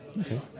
Okay